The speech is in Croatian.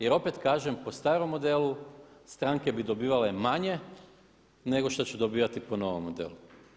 Jer opet kažem, po starom modelu stranke bi dobivale manje nego što će dobivati po novom modelu.